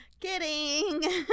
kidding